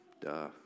Duh